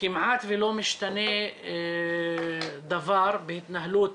כמעט ולא משתנה דבר בהתנהלות